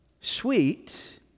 sweet